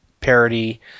parody